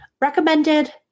recommended